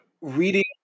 Reading